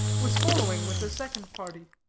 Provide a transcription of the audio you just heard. was following with a second party.